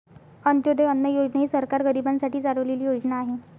अंत्योदय अन्न योजना ही सरकार गरीबांसाठी चालवलेली योजना आहे